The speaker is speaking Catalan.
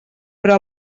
però